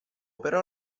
però